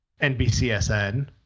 NBCSN